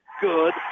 good